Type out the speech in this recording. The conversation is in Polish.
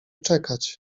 czekać